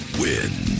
win